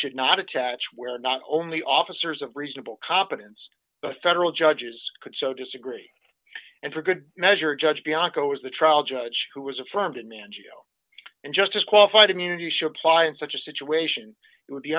should not attach where not only officers of reasonable competence but federal judges could so disagree and for good measure judge bianco is the trial judge who was affirmed in man gio and just as qualified immunity should apply in such a situation it would be